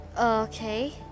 Okay